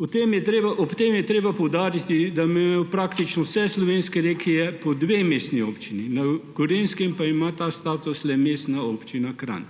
Ob tem je treba poudariti, da imajo praktično vse slovenske regije po dve mestni občini, na Gorenjskem pa ima ta status le Mestna občina Kranj.